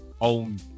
own